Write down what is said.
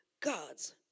God's